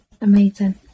Amazing